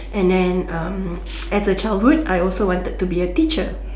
and then um as a childhood I also wanted to be a teacher